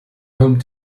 home